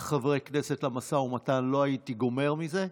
חברי כנסת למשא ומתן לא הייתי גומר את זה,